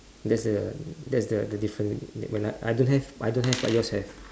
that's the that's the the difference when I I don't have I don't have what yours have